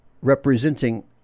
representing